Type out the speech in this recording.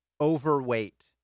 overweight